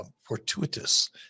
fortuitous